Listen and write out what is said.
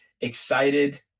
excited